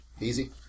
Easy